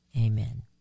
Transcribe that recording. amen